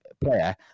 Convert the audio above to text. player